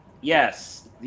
yes